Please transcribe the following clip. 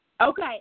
Okay